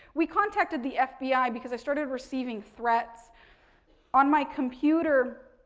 we contacted the fbi because i started receiving threats on my computer,